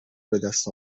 بدست